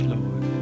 Lord